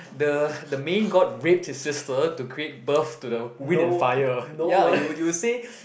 the the main God rape his sister to create birth to the wind and fire ya you would you would say